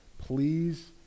please